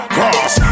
Cross